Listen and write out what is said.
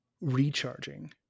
recharging